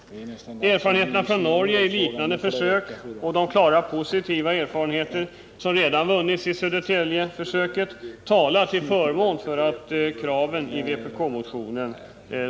Erfarenheterna från Norge av liknande försök och de klara positiva erfarenheter som redan vunnits i Södertäljeförsöket talar till förmån för kraven i vpk-motionen.